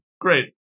Great